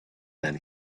that